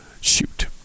shoot